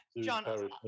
John